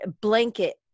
blanket